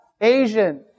Asian